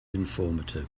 informative